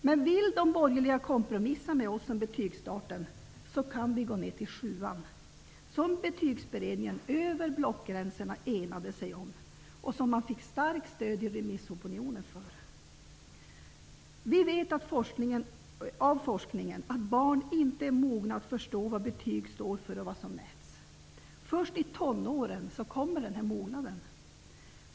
Men vill de borgerliga kompromissa med oss om betygsstarten kan vi så att säga gå ner till sjuan, som Betygsberedningen över blockgränserna enades om och som man fick starkt stöd för hos remissopinionen. Vi vet genom forskningen att barn inte är mogna att förstå vad betyg står för och vad som mäts. Först i tonåren kommer denna mognad.